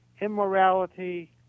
immorality